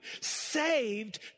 saved